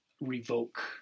revoke